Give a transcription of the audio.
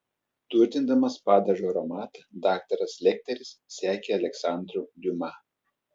turtindamas padažo aromatą daktaras lekteris sekė aleksandru diuma